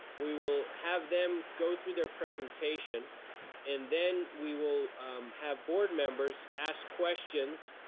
we will have them go through their presentation and then we will have board members ask questions,